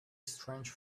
strange